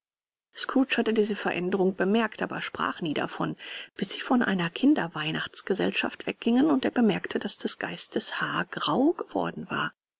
scrooge hatte diese veränderung bemerkt aber sprach nie davon bis sie von einer kinderweihnachtsgesellschaft weggingen wo er bemerkte daß des geistes haar grau geworden war